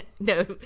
No